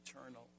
eternal